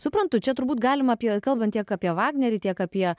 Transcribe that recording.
suprantu čia turbūt galima apie kalbant tiek apie vagnerį tiek apie